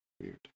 Weird